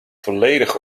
volledig